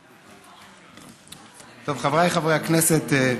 טוב, חבריי חברי הכנסת,